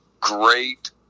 great